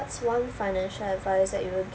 what's one financial advice that you would